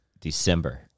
December